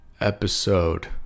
Episode